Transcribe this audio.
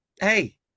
Hey